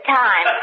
time